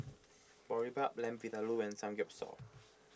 Boribap Lamb Vindaloo and Samgyeopsal